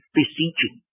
beseeching